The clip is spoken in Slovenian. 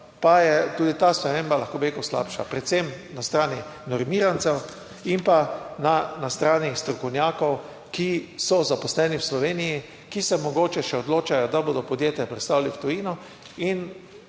pa je tudi ta sprememba, lahko bi rekel, slabša, predvsem na strani normirancev in pa na strani strokovnjakov, ki so zaposleni v Sloveniji, ki se mogoče še odločajo, da bodo podjetja predstavili v tujino in